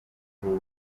ubu